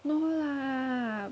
no lah